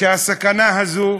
שהסכנה הזאת,